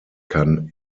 kann